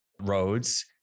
roads